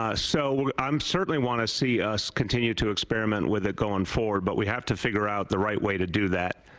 ah so um certainly want to see us continue to experiment with it going forward, but we have to figure out the right way to do that.